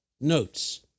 notes